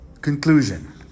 Conclusion